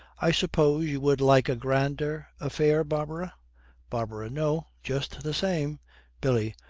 i suppose you would like a grander affair, barbara barbara. no, just the same billy.